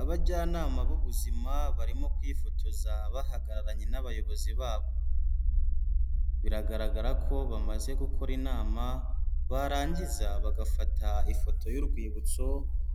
Abajyanama b'ubuzima barimo kwifotoza bahagararanye n'abayobozi babo, biragaragara ko bamaze gukora inama barangiza bagafata ifoto y'urwibutso